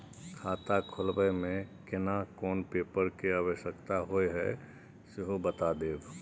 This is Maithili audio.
खाता खोलैबय में केना कोन पेपर के आवश्यकता होए हैं सेहो बता देब?